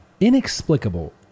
Inexplicable